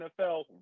NFL